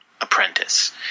apprentice